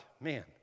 man